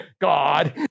God